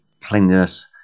cleanliness